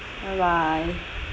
bye bye